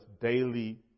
daily